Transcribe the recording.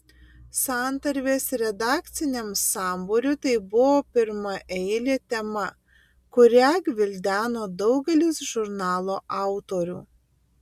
santarvės redakciniam sambūriui tai buvo pirmaeilė tema kurią gvildeno daugelis žurnalo autorių